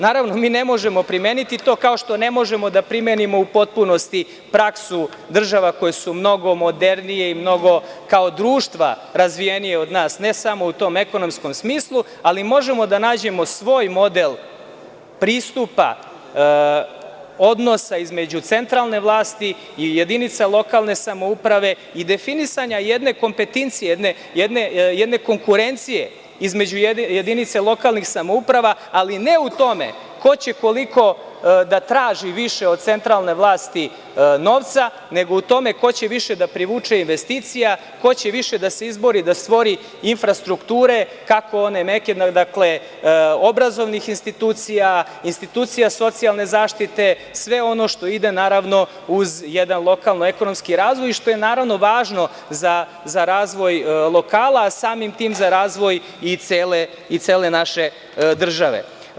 Naravno, mi ne možemo primeniti to, ako što ne možemo da primenimo u potpunosti praksu država koje su mnogo modernije i mnogo kao društva razvijenije od nas, ne samo u tom ekonomskom smislu, ali možemo da nađemo svoj model pristupa odnosa između centralne vlasti i jedinica lokalne samouprave i definisanja jedne konkurencije između jedinica lokalnih samouprava, ali ne u tome ko će koliko da traži više od centralne vlasti novca, nego u tome ko će više da privuče investicija, ko će više da se izbori da stvori infrastrukture obrazovnih institucija, institucija socijalne zaštite, sve ono što ide naravno uz jedan lokalno ekonomski razvoj i što je naravno važno za razvoj lokala, a samim tim za razvoj i cele naše države.